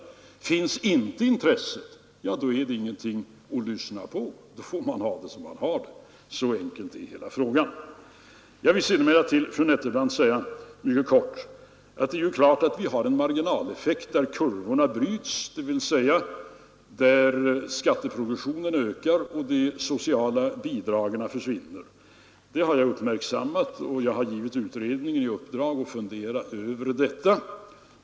Finns inte intresset, då är det ingenting att lyssna på. Då får man ha det som man har det. Så enkel är hela frågan. Jag vill sedan säga mycket kort till fru Nettelbrandt att det är klart att det finns en marginaleffekt, att kurvorna bryts på ett sådant sätt att skatteprogressionen ökar då de sociala bidragen försvinner. Jag har uppmärksammat detta, och jag har givit utredningen i uppdrag att fundera på saken.